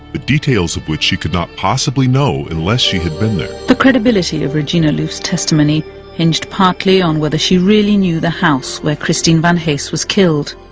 the details of which she could not possibly know, unless she had been there. the credibility of regina louf's testimony hinged partly on whether she really knew the house where christine van hees was killed.